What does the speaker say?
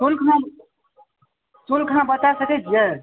शुल्क शुल्क अहाँ बता सकै छिए